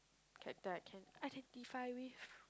that I can identify with